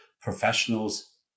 professionals